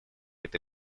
этой